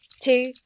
two